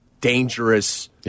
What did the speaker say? dangerous